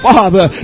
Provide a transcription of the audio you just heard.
Father